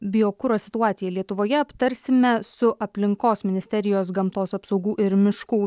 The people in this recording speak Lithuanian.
biokuro situaciją lietuvoje aptarsime su aplinkos ministerijos gamtos apsaugų ir miškų